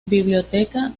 biblioteca